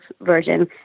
version